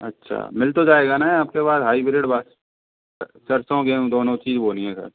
अच्छा मिल तो जाएगा न आपके पास हाइब्रिड वाला सरसों गेहूं दोनों चीज बोनी है सर